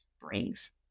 brings